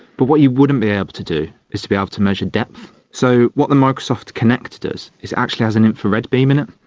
but what you wouldn't be able to do is to be able to measure depth. so what the microsoft kinect does is it actually has an infrared beam in it,